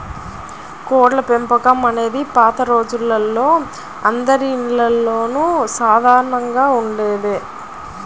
కోళ్ళపెంపకం అనేది పాత రోజుల్లో అందరిల్లల్లోనూ సాధారణంగానే ఉండేది